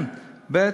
ב.